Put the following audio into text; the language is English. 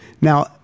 Now